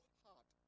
heart